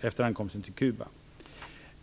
efter ankomsten till Cuba ---."